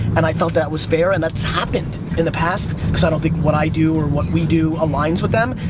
and i felt that was fair, and that's happened in the past, because i don't think what i do or what we do aligns with them,